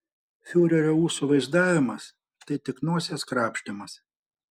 fiurerio ūsų vaizdavimas tai tik nosies krapštymas